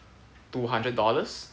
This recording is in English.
two hundred dollars